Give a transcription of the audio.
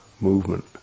movement